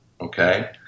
okay